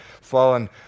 fallen